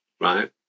Right